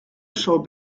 major